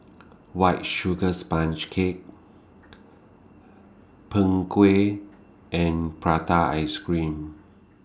White Sugar Sponge Cake Png Kueh and Prata Ice Cream